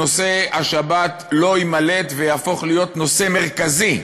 נושא השבת לא יימלט ויהפוך להיות נושא מרכזי,